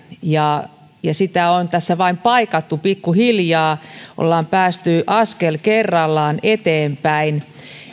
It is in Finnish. ja ja sitä on tässä vain paikattu pikkuhiljaa on päästy askel kerrallaan eteenpäin